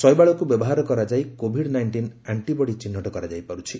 ଶୈବାଳକୁ ବ୍ୟବହାର କରାଯାଇ Covid nineteen antibody ଚିହ୍ନଟ କରାଯାଇ ପାରୁଛି